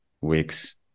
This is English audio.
weeks